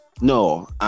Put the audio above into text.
no